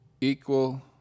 equal